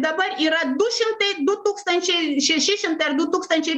dabar yra du šimtai du tūkstančiai šeši šimtai ar du tūkstančiai